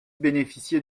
bénéficié